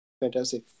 Fantastic